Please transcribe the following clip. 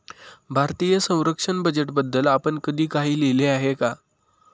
भारतीय संरक्षण बजेटबद्दल आपण कधी काही लिहिले आहे का?